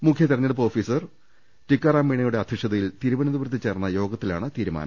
മുഖ്യതെരഞ്ഞെടുപ്പ് ഓഫീസർ ടിക്കാറാം മീണയുടെ അധ്യക്ഷതയിൽ തിരുവനന്തപു രത്ത് ചേർന്ന യോഗത്തിലാണ് തീരുമാണം